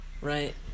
Right